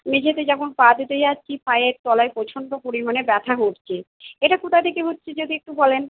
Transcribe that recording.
মেঝেতে যখন পা দিতে যাচ্ছি পায়ের তলায় প্রচন্ড পরিমাণে ব্যথা হচ্ছে এটা কোথা থেকে হচ্ছে যদি একটু বলেন